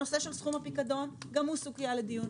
הנושא של סכום הפיקדון גם הוא סוגיה לדיון.